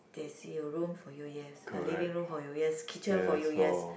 there is a room for you yes a living room for you yes kitchen for you yes